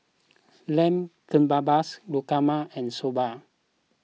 Lamb Kebabs Guacamole and Soba